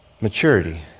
maturity